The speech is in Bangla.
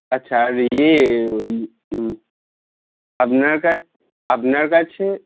আচ্ছা আর ইয়ে ওই আপনার কাছ আপনার কাছে